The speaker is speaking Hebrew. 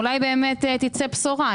אולי באמת תצא בשורה,